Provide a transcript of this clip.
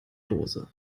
dose